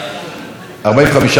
45 בעד, 32 מתנגדים.